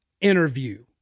interview